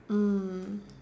mm